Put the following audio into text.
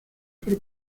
por